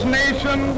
nation